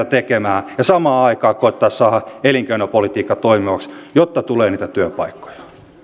tekemään ja samaan aikaan koetetaan saada elinkeinopolitiikka toimivaksi jotta tulee niitä työpaikkoja no